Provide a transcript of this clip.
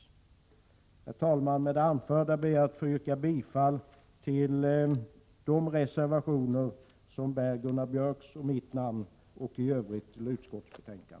Herr talman! Med det anförda ber jag att få yrka bifall till de reservationer som bär Gunnar Björks och mitt namn och i övrigt till utskottets hemställan.